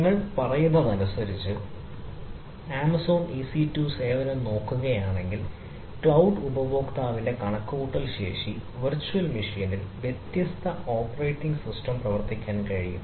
നിങ്ങൾ പറയുന്നതനുസരിച്ച് Amazon EC 2 സേവനം നോക്കുകയാണെങ്കിൽ ക്ലൌഡ് ഉപഭോക്താവിന്റെ കണക്കുകൂട്ടൽ ശേഷി വെർച്വൽ മെഷീനിൽ വ്യത്യസ്ത ഓപ്പറേറ്റിംഗ് സിസ്റ്റം പ്രവർത്തിപ്പിക്കാൻ കഴിയും